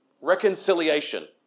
Reconciliation